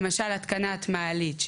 למשל התקנת מעלית,